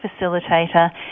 facilitator